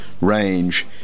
range